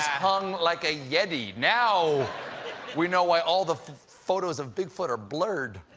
hung like a yeti. now we know why all the photos of bigfoot are blurred!